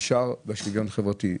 נשאר במשרד לשוויון חברתי.